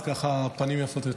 אז ככה הפנים יפות יותר.